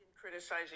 Criticizing